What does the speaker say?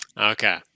Okay